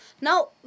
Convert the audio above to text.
Now